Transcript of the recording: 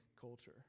culture